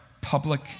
public